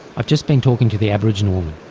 i've just been talking to the aboriginal woman,